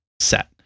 set